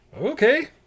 Okay